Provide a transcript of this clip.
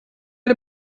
der